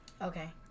Okay